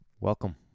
Welcome